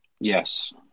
Yes